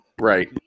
Right